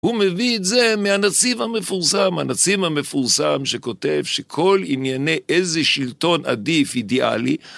הוא מביא את זה מהנציב המפורסם, הנציב המפורסם שכותב שכל ענייני איזה שלטון עדיף אידיאלי